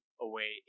away